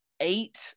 eight